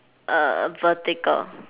err vertical